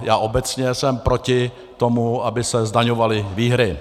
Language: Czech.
Já obecně jsem proti tomu, aby se zdaňovaly výhry.